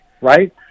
right